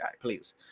Please